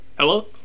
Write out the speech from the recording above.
Hello